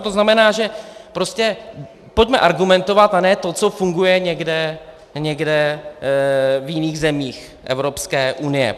To znamená, že prostě pojďme argumentovat, a ne to, co funguje někde v jiných zemích Evropské unie.